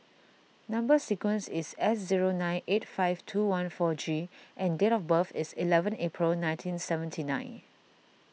Number Sequence is S zero nine eight five two one four G and date of birth is eleven April nineteen seventy nine